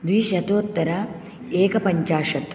द्विशतोत्तर एकपञ्चाशत्